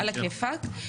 על הכיפק.